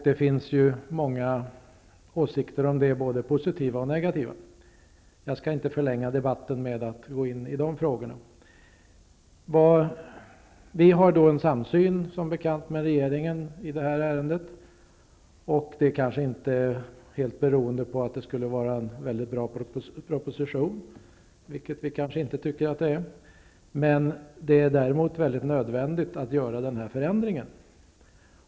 Det finns många åsikter om detta, både positiva och negativa. Jag skall inte förlänga debatten med att gå in på dessa frågor. Vi i Ny demokrati har som bekant en samsyn med regeringen i detta ärende. Det kanske inte helt och hållet är beroende på att det skulle vara en mycket bra proposition, vilket vi kanske inte tycker att det är. Men det är däremot mycket nödvändigt att göra denna förändring.